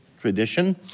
tradition